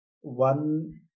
one